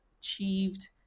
achieved